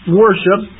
worship